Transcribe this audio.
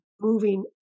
moving